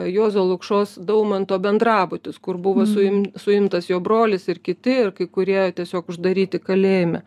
juozo lukšos daumanto bendrabutis kur buvo sui suimtas jo brolis ir kiti ir kai kurie tiesiog uždaryti kalėjime